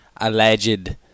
alleged